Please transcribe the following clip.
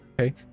Okay